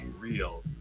Real